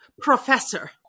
Professor